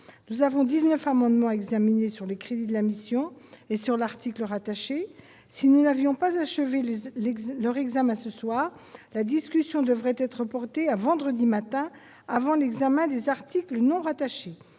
Nous avons 19 amendements à examiner sur les crédits de la mission et sur l'article rattaché. Si nous ne l'avions pas achevée ce soir, leur discussion devrait être reportée à vendredi matin, avant l'examen des articles non rattachés.